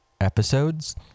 episodes